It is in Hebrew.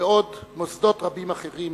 ועוד מוסדות רבים אחרים